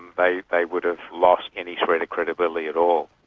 they they would have lost any shred of credibility at all.